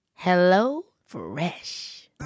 HelloFresh